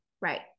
right